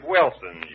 Wilson